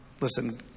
listen